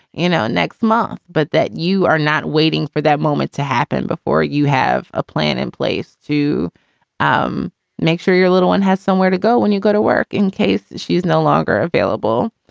you know, next month. but that you are not waiting for that moment to happen before you have a plan in place to um make sure your little one has somewhere to go when you go to work in case she is no longer available.